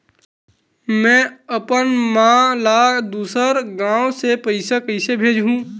में अपन मा ला दुसर गांव से पईसा कइसे भेजहु?